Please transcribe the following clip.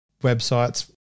websites